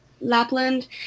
lapland